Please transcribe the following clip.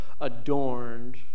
adorned